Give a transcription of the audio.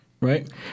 right